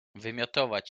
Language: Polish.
wymiotować